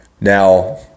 Now